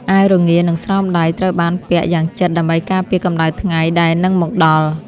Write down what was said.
អាវរងា និងស្រោមដៃត្រូវបានពាក់យ៉ាងជិតដើម្បីការពារកម្ដៅថ្ងៃដែលនឹងមកដល់។